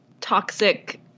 toxic